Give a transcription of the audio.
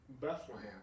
Bethlehem